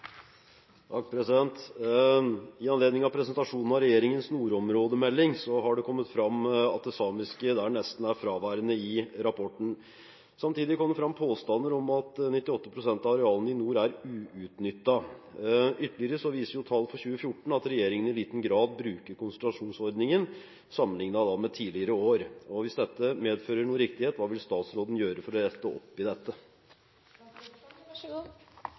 fraværende i rapporten. Samtidig kom det fram påstander om at 98 pst. av arealene i nord er uutnyttet. Ytterligere viser tall for 2014 at regjeringen i liten grad bruker konsultasjonsordningen sammenlignet med tidligere år. Hvis dette medfører riktighet, hva vil statsråden gjøre for å rette opp dette?» Regjeringen la frem rapporten om nordområdepolitikken, Nordkloden, mandag 10. november. Rapporten gir en oversikt over hva regjeringen allerede har oppnådd i